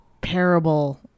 parable